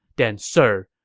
then sir,